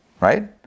Right